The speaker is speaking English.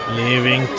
leaving